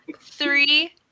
three